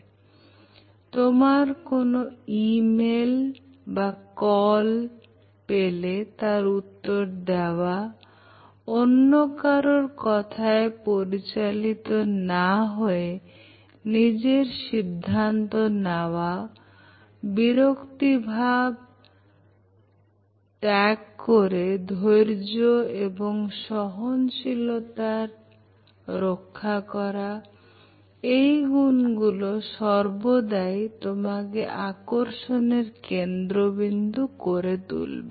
তাছাড়া কোন মেল বা কল পেলে তার উত্তর দেওয়া অন্য কারুর কোথায় পরিচালিত না হয়ে নিজের সিদ্ধান্ত নেওয়া বিরক্তিভাব ত্যাগ করে ধৈর্য এবং সহনশীলতার রক্ষা করা এই গুণগুলো সর্বদায় তোমাকে আকর্ষণের কেন্দ্রবিন্দু করে তুলবে